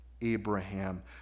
Abraham